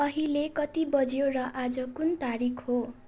अहिले कति बज्यो र आज कुन तारिख हो